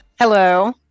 hello